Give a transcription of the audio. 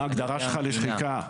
מה ההגדרה שלך לשחיקה?